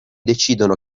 decidono